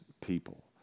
people